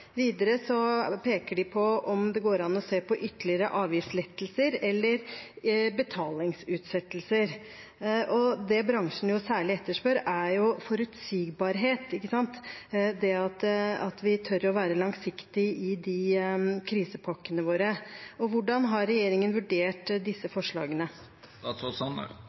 Videre peker de på om det går an å se på ytterligere avgiftslettelser eller betalingsutsettelser. Det bransjen særlig etterspør, er forutsigbarhet, det at vi tør å være langsiktige i disse krisepakkene våre. Hvordan har regjeringen vurdert disse